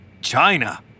China